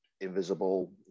invisible